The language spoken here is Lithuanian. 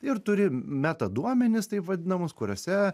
ir turim metaduomenis taip vadinamus kuriuose